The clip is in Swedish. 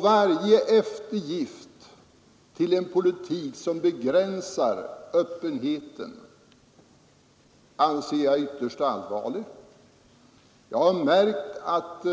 Varje eftergift till en politik, som begränsar öppenheten, är enligt min mening ytterst allvarlig. Jag har märkt att